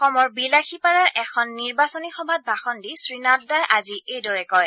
অসমৰ বিলাসীপাৰাৰ এখন নিৰ্বাচনী সভাত ভাষণ দি শ্ৰীনাড্ডাই আজি এইদৰে কয়